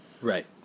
Right